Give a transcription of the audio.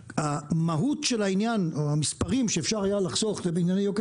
המהות של העניין או המספרים שאפשר היה לחסוך בענייני יוקר